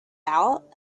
out